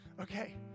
Okay